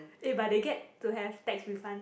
eh but they get to have tax refund